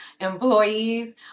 employees